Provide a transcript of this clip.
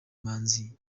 manzi